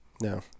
No